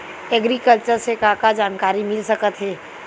Agriculture से का का जानकारी मिल सकत हे?